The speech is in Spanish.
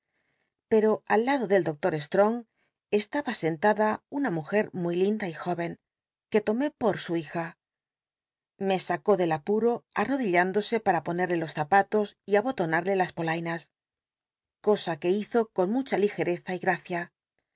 pero al lado del doctor shong colaba enlatla una mujer rnuy linda y jórcn que tolllé por u hija me sacó del apuro arrodillándose para ponerle los zapatos y abotona de las polainas cosa biblioteca nacional de españa david copperfield hizo con mucha ligereza y gracia